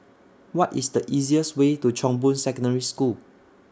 What IS The easiest Way to Chong Boon Secondary School